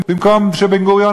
במקום בן-גוריון,